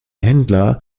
händler